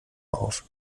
auf